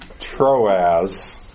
Troas